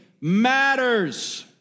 matters